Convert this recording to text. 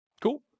Cool